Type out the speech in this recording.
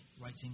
writing